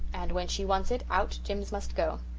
and when she wants it, out jims must go.